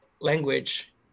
language